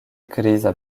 griza